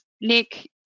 Nick